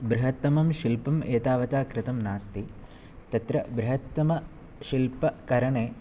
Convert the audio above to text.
बृहत्तमं शिल्पं एतावता कृतं नास्ति तत्र बृहत्तमशिल्पकरणे